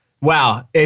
Wow